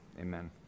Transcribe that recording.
Amen